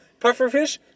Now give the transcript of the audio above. Pufferfish